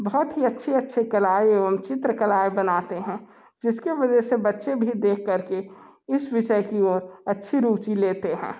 बहुत ही अच्छे अच्छे कलाएँ एवं चित्र कलाएँ बनाते हैं जिसके वजह से बच्चे भी देख करके इस विषय की ओर अच्छी रुचि लेते हैं